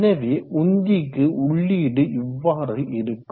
எனவே உந்திக்கு உள்ளீடு இவ்வாறு இருக்கும்